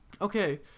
Okay